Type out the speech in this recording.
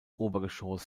obergeschoss